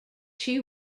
chi